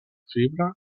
fibra